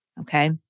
okay